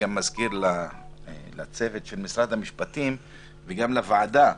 גם לצוות של משרד המשפטים וגם לוועדה,